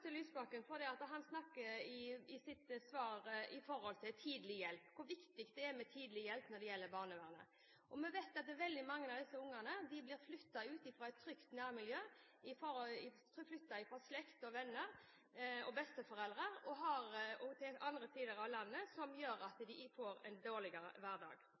til Lysbakken, for han snakker i sitt svar om hvor viktig det er med tidlig hjelp når det gjelder barnevernet. Vi vet at veldig mange av disse barna blir flyttet fra et trygt nærmiljø, flyttet fra slekt og venner og besteforeldre til andre deler av landet, noe som gjør at de får en dårligere hverdag.